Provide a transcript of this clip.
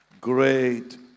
Great